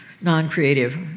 non-creative